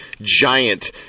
giant